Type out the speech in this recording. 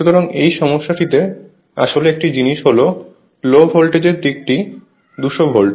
সুতরাং এই সমস্যাটিতে আসলে একটি জিনিস হল লো ভোল্টেজের দিকটি 200 ভোল্ট